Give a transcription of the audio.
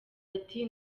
ati